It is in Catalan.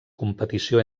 competició